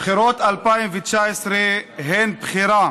בחירות 2019 הן בחירה